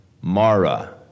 Mara